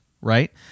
right